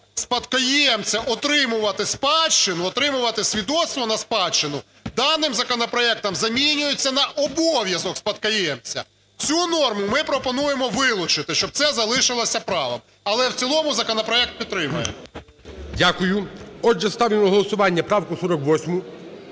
спадкоємця отримувати спадщину, отримувати свідоцтво на спадщину, даним законопроектом замінюється на обов'язок спадкоємця. Цю норму ми пропонуємо вилучити, щоб це залишилося правом. Але в цілому законопроект підтримуємо. ГОЛОВУЮЧИЙ. Дякую. Отже, ставлю на голосування правку 48.